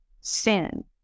sin